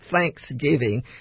Thanksgiving